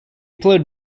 played